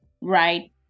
right